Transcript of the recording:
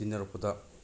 ꯇꯤꯟꯅꯔꯛꯄꯗ